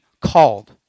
Called